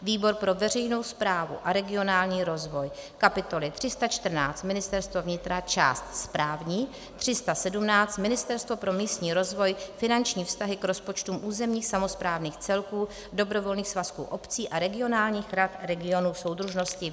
výbor pro veřejnou správu a regionální rozvoj kapitoly 314 Ministerstvo vnitra část správní, 317 Ministerstvo pro místní rozvoj finanční vztahy k rozpočtům územních samosprávných celků, dobrovolných svazků obcí a regionálních rad regionů soudržnosti ;